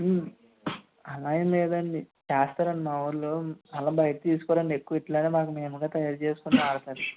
అలా ఏం లేదండీ చేస్తారండీ మా వాళ్ళు అలా బయట తీసుకోరండి ఎక్కువ ఇలానే మాకు మేముగా తయారు చేసుకుని వాడతారు